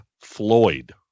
Floyd